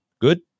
Good